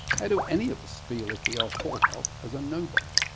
how do any of us feel if we are thought ah of as a nobody?